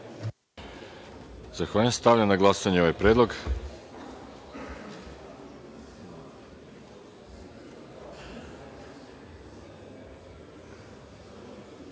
Zahvaljujem. Stavljam na glasanje ovaj predlog. Molim